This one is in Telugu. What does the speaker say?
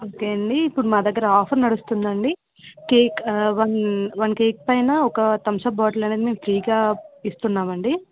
ఓకే అండి ఇప్పుడు మా దగ్గర ఆఫర్ నడుస్తుందండి కేక్ వన్ వన్ కేక్ పైన ఒక థమ్స అప్ బాటిల్ అనేది మేము ఫ్రీగా ఇస్తున్నాం అండి